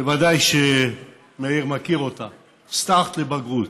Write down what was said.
שוודאי מאיר מכיר אותה: סטארט לבגרות.